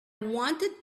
wanted